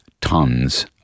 tons